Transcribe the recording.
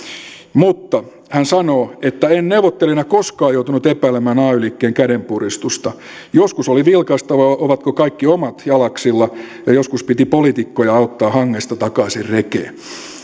mutta hän sanoo en neuvottelijana koskaan joutunut epäilemään ay liikkeen kädenpuristusta joskus oli vilkaistava ovatko kaikki omat jalaksilla ja joskus piti poliitikkoja auttaa hangesta takaisin rekeen